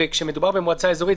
וכשמדובר במועצה אזורית,